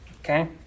Okay